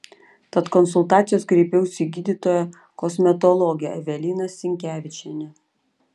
tad konsultacijos kreipiausi į gydytoją kosmetologę eveliną sinkevičienę